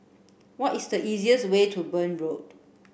what is the easiest way to Burn Road